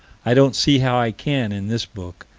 i don't see how i can, in this book,